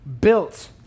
built